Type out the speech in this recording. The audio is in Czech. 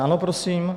Ano prosím?